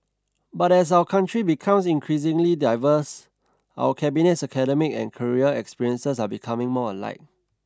but as our country becomes increasingly diverse our cabinet's academic and career experiences are becoming more alike